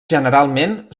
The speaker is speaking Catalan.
generalment